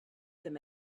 them